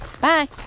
Bye